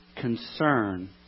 Concern